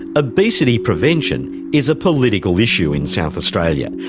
obesity prevention is a political issue in south australia,